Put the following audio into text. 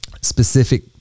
specific